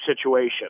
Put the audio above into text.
situation